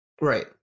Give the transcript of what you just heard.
right